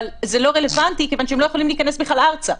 אבל זה לא רלוונטי כיוון שהם לא יכולים להיכנס בכלל ארצה.